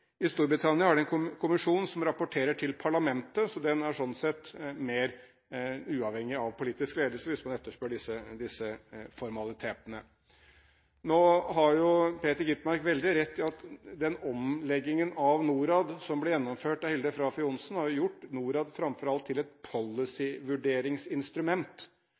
I Storbritannia har de en kommisjon som rapporterer til parlamentet, så den er sånn sett mer uavhengig av politisk ledelse, hvis man etterspør disse formalitetene. Nå har Peter Skovholt Gitmark veldig rett i at den omleggingen av NORAD som ble gjennomført av Hilde Frafjord Johnson, framfor alt har gjort NORAD til et